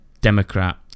Democrat